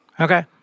Okay